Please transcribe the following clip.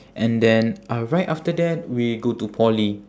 and then uh right after that we go to poly